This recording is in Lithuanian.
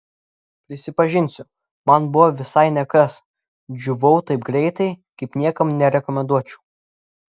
prisipažinsiu man buvo visai ne kas džiūvau taip greitai kaip niekam nerekomenduočiau